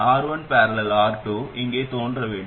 R1 || R2 இங்கே தோன்ற வேண்டும்